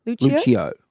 Lucio